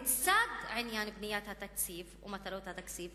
לצד עניין בניית התקציב ומטרות התקציב,